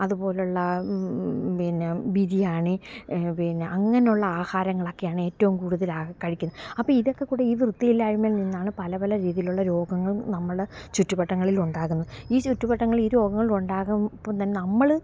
അതുപോലുള്ള പിന്നെ ബിരിയാണി പിന്നെ അങ്ങനെയുള്ള ആഹാരങ്ങളൊക്കെയാണ് ഏറ്റവും കൂടുതലാള് കഴിക്കുന്നത് അപ്പോള് ഇതൊക്കെക്കൂടെ ഈ വൃത്തിയില്ലായ്മയിൽ നിന്നാണ് പല പല രീതിയിലുള്ള രോഗങ്ങളും നമ്മളെ ചുറ്റുവട്ടങ്ങളിലുണ്ടാകുന്നത് ഈ ചുറ്റുവട്ടങ്ങളില് രോഗങ്ങളുണ്ടാകുമ്പോള് തന്നെ നമ്മള്